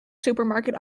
supermarket